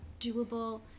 doable